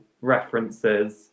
references